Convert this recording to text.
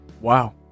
Wow